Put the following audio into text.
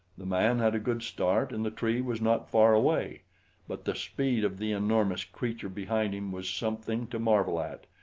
the man had a good start and the tree was not far away but the speed of the enormous creature behind him was something to marvel at,